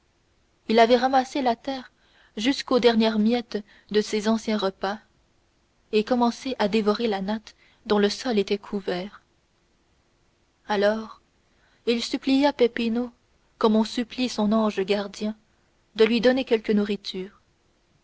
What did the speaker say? il avait ramassé à terre jusqu'aux dernières miettes de ses anciens repas et commencé à dévorer la natte dont le sol était couvert alors il supplia peppino comme on supplie son ange gardien de lui donner quelque nourriture